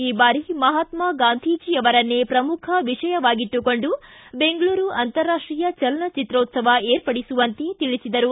ಈ ಬಾರಿ ಮಹಾತ್ಮಾ ಗಾಂಧಿಜಿ ಅವರನ್ನೇ ಪ್ರಮುಖ ವಿಷಯವಾಗಿಟ್ಟುಕೊಂಡು ಬೆಂಗಳೂರು ಅಂತರರಾಷ್ಟೀಯ ಚಲನಚಿತ್ರೋತ್ಸವ ವಿರ್ಪಡಿಸುವಂತೆ ತಿಳಿಸಿದರು